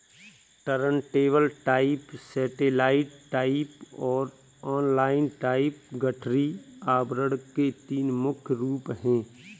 turntable type, satellite type और inline type गठरी आवरण के तीन मुख्य रूप है